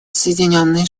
соединенные